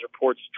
reports